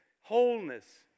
wholeness